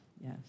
Yes